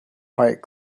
fight